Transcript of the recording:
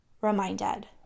reminded